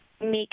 make